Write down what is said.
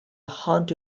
haunt